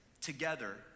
together